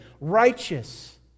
righteous